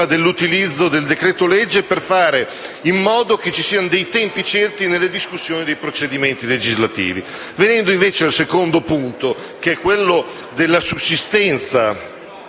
dell'utilizzo del decreto-legge per fare in modo che ci siano dei tempi certi nelle discussioni dei provvedimenti legislativi. Venendo al secondo punto, che è quello della sussistenza